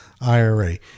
IRA